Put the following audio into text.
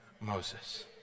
Moses